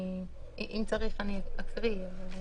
אם צריך גם אקריא.